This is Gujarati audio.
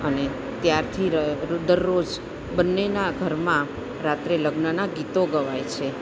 અને ત્યારથી ર દરરોજ બંનેના ઘરમાં રાત્રે લગ્નના ગીતો ગવાય છે